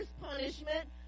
punishment